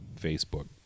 Facebook